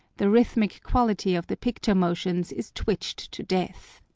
the rhythmic quality of the picture-motions is twitched to death.